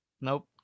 Nope